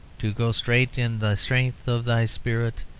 to go straight in the strength of thy spirit,